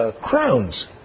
Crowns